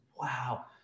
wow